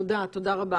תודה רבה.